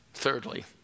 Thirdly